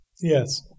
Yes